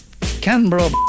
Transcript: Canberra